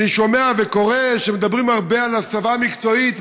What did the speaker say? אני שומע וקורא שמדברים הרבה על הסבה מקצועית,